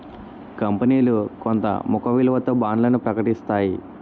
కంపనీలు కొంత ముఖ విలువతో బాండ్లను ప్రకటిస్తాయి